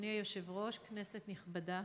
אדוני היושב-ראש, כנסת נכבדה,